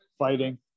fighting